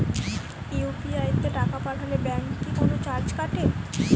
UPI তে টাকা পাঠালে ব্যাংক কি কোনো চার্জ কাটে?